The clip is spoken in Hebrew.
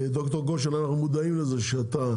ד"ר גושן אנחנו מודעים לזה שאתה